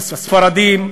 לספרדים,